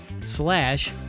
slash